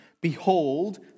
behold